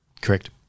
Correct